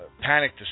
panic